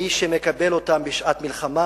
מי שמקבל אותם בשעת מלחמה,